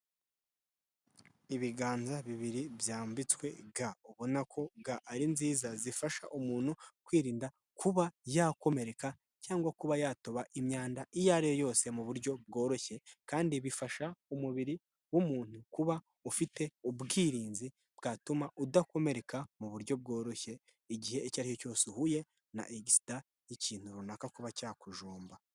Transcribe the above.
Ibiganza bibiri byambitswe ga ubona ko ga ari nziza zifasha umuntu kwirinda kuba yakomereka cyangwa kuba yatoba imyanda iyo ariyo yose mu buryo bworoshye, kandi bifasha umubiri w'umuntu kuba ufite ubwirinzi bwatuma udakomereka mu buryo bworoshye igihe icyo aricyo cyose uhuye na egisida y'ikintu runaka kuba cyakujomba.